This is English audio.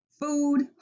food